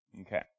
Okay